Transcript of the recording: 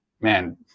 man